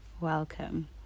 welcome